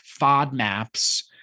FODMAPs